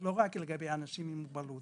לא רק לגבי אנשים עם מוגבלות,